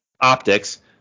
optics